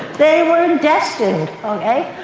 they were destined, okay.